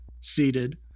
seated